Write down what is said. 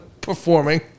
performing